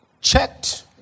checked